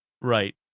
Right